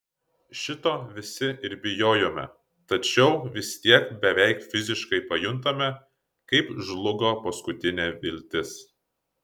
šito visi ir bijojome tačiau vis tiek beveik fiziškai pajuntame kaip žlugo paskutinė viltis